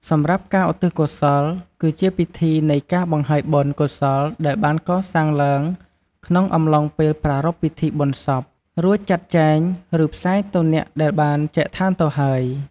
សម្រាប់ការ ឧទ្ទិសកុសល គឺជាពិធីនៃការបង្ហើយបុណ្យកុសលដែលបានកសាងឡើងក្នុងអំឡុងពេលប្រារព្ធពិធីបុណ្យសព រួចចាត់ចែង ឬផ្សាយទៅឲ្យអ្នកដែលបានចែកឋានទៅហើយ។